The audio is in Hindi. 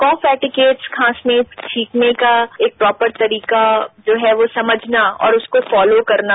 कफ एटिकेट्स खांसने या छींकने का एक प्रॉपर तरीका जो हैं समझना और उसको फॉलो करना